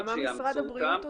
אבל מה משרד הבריאות עושה?